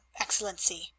Excellency